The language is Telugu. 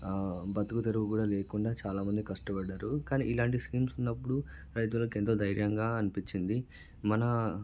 బ్రతుకుదెరువు కూడా లేకుండా చాలా మంది కష్టపడ్డారు కానీ ఇలాంటి స్కీమ్స్ ఉన్నప్పుడు రైతులకు ఎంతో ధైర్యంగా అనిపించింది మన